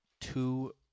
two